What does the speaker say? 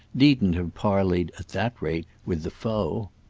needn't have parleyed, at that rate, with the foe.